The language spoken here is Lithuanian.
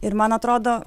ir man atrodo